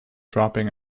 dropping